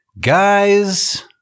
Guys